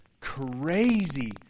crazy